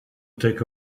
take